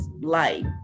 life